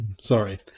Sorry